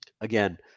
again